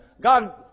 God